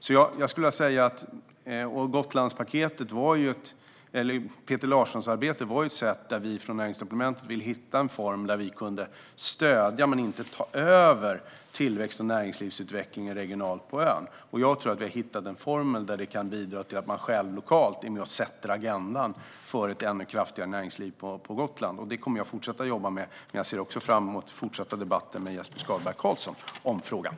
Peter Larssons arbete har bidragit till vårt arbete på Näringsdepartementet där vi har velat hitta en form där vi kan stödja men inte ta över den regionala tillväxten och näringslivsutvecklingen på ön. Jag tror att vi har hittat en form där vi kan bidra till att man lokalt sätter agendan för ett ännu kraftigare näringsliv på Gotland. Det kommer jag att fortsätta att jobba med, men jag ser också fram emot den fortsatta debatten med Jesper Skalberg Karlsson om frågan.